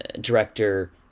director